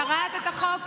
קראת את החוק?